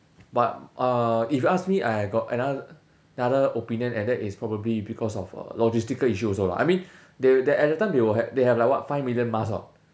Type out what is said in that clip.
but uh if you ask me I got another another opinion and that is probably because of uh logistical issue also lah I mean they at that time they will have they have like what five million mask orh